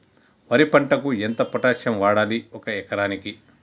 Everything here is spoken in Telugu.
వరి పంటకు ఎంత పొటాషియం వాడాలి ఒక ఎకరానికి?